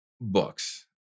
books